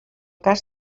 cas